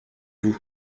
vous